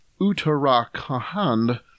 Uttarakhand